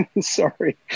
sorry